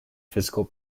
physical